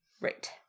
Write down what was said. Right